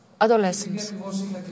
adolescents